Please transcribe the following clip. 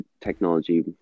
technology